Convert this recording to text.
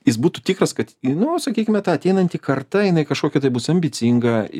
jis būtų tikras kad nu sakykime ta ateinanti karta jinai kažkokia tai bus ambicinga